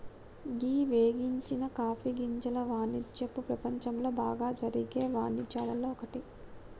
గీ వేగించని కాఫీ గింజల వానిజ్యపు ప్రపంచంలో బాగా జరిగే వానిజ్యాల్లో ఒక్కటి